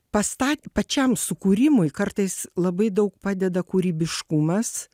pasta pačiam sukūrimui kartais labai daug padeda kūrybiškumas